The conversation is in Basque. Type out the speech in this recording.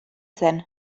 zen